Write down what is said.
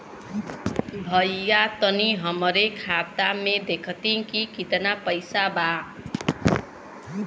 भईया तनि हमरे खाता में देखती की कितना पइसा बा?